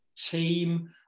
team